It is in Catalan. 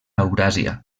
euràsia